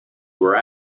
were